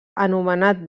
anomenat